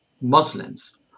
Muslims